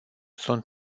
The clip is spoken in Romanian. sunt